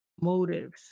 motives